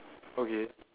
okay